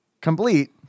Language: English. Complete